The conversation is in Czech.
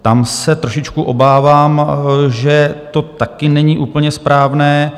Tam se trošičku obávám, že to taky není úplně správné.